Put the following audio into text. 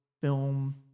film